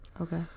Okay